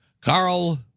Carl